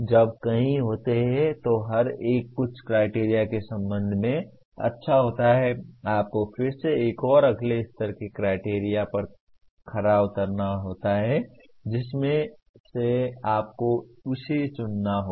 जब कई होते हैं तो हर एक कुछ क्राइटेरिया के संबंध में अच्छा होता है आपको फिर से एक और अगले स्तर की क्राइटेरिया पर खरा उतरना होता है जिसमें से आपको इसे चुनना होगा